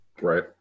Right